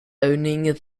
owning